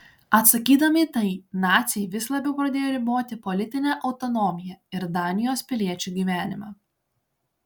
atsakydami į tai naciai vis labiau pradėjo riboti politinę autonomiją ir danijos piliečių gyvenimą